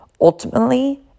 ultimately